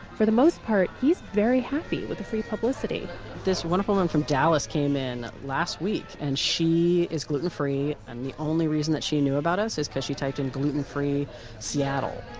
for the most part, he's very happy with the free publicity this wonderful woman um from dallas came in last week. and she is gluten-free. and the only reason that she knew about us is because she typed in gluten-free seattle